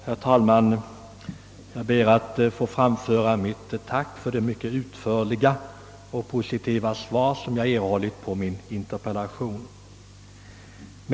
Herr talman! Jag ber att få framföra mitt tack för det utförliga och positiva svar jag erhållit på min interpellation.